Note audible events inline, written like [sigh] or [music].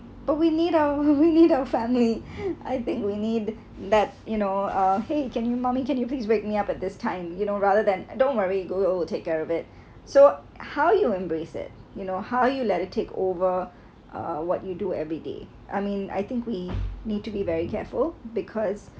but we need our [laughs] we need our family I think we need that you know uh !hey! can you mummy can you please wake me up at this time you know rather than don't worry you go I will take care of it so how you embrace it you know how you let it takeover uh what you do everyday I mean I think we need to be very careful because